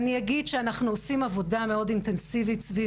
אנחנו עושים עבודה מאוד אינטנסיבית סביב